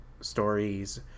stories